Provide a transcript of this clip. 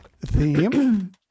Theme